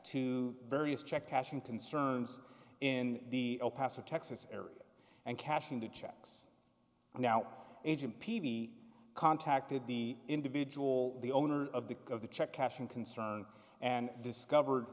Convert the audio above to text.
to various check cashing concerns in the past a texas area and cashing the checks now agent peavy contacted the individual the owner of the of the check cashing concern and discovered